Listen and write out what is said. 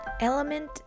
Element